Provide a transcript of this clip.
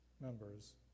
members